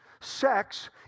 sex